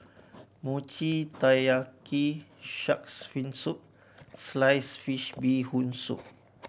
Mochi Taiyaki Shark's Fin Soup sliced fish Bee Hoon Soup